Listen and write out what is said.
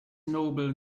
noble